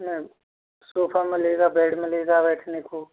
उसमें सोफा मिलेगा बेड मिलेगा बैठने को